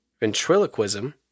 ventriloquism